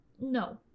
No